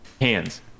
Hands